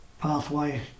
pathway